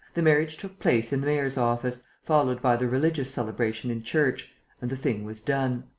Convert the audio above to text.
the marriage took place in the mayor's office, followed by the religious celebration in church and the thing was done.